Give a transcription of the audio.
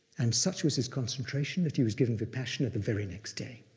and such was his concentration that he was given vipassana the very next day.